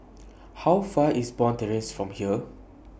How Far IS Bond Terrace from here